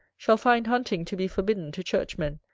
shall find hunting to be forbidden to churchmen,